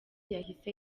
yahise